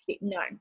No